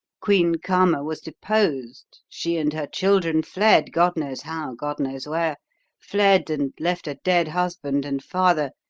queen karma was deposed she and her children fled, god knows how, god knows where fled and left a dead husband and father,